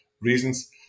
reasons